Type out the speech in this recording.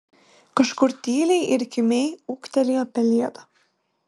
kažkur tyliai ir kimiai ūktelėjo pelėda